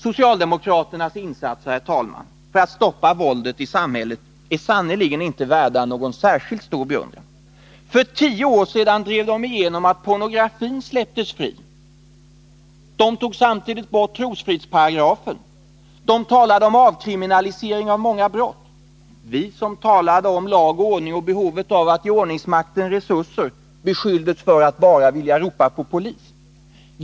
Socialdemokraternas insatser för att stoppa våldet i samhället är sannerligen inte värda någon särskilt stor beundran. För tio år sedan drev de igenom att pornografin släpptes fri. De tog samtidigt bort trosfridsparagrafen. De talade om avkriminalisering av många brott. Vi som talade om lag och ordning och om behovet av att ge ordningsmakten resurser beskylldes för att bara vilja ropa på polis.